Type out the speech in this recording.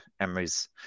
Emery's